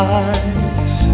eyes